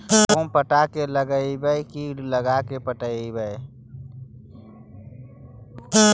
गेहूं पटा के लगइबै की लगा के पटइबै?